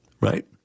right